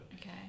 Okay